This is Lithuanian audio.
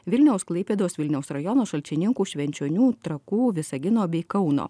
vilniaus klaipėdos vilniaus rajono šalčininkų švenčionių trakų visagino bei kauno